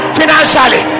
financially